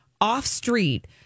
off-street